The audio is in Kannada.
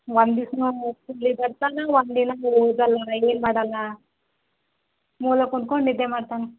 ಒಂದು ದಿವ್ಸ ಸ್ಕೂಲಿಗೆ ಬರ್ತಾನೆ ಒಂದಿನ ಓದಲ್ಲ ಏನು ಮಾಡೋಲ್ಲ ಮೂಲೆ ಕುಂತ್ಕೊಂಡು ನಿದ್ದೆ ಮಾಡ್ತಾನೆ